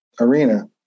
arena